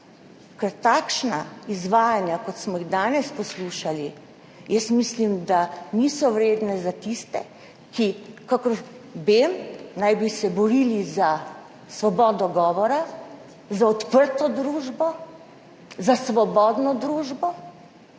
ker takšna izvajanja, kot smo jih poslušali danes, jaz mislim, da niso vredna za tiste, ki naj bi se, kakor vem, borili za svobodo govora, za odprto družbo, za svobodno družbo,